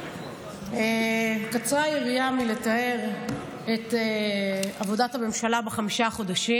קצרה היריעה מלתאר את עבודת הממשלה בחמישה חודשים,